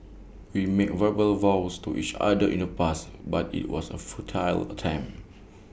we made verbal vows to each other in the past but IT was A futile attempt